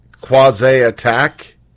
quasi-attack